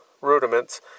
rudiments